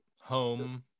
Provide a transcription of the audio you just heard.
home